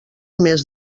més